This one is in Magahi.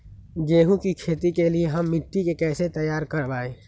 गेंहू की खेती के लिए हम मिट्टी के कैसे तैयार करवाई?